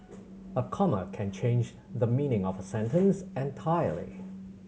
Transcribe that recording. a comma can change the meaning of a sentence entirely